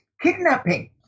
kidnapping